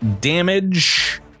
damage